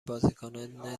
بازیکنان